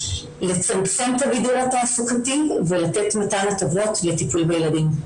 לצמצם את המידור התעסוקתי ולתת מתן הטבות לטיפול בילדים.